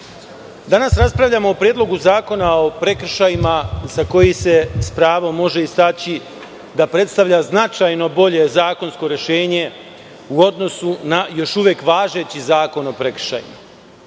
danas raspravljamo o Predlogu zakona o prekršajima za koji se s pravom može istaći da predstavlja značajno bolje zakonsko rešenje u odnosu na još uvek važeći Zakon o prekršajima. Nesumnjivo